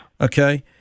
Okay